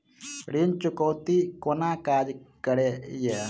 ऋण चुकौती कोना काज करे ये?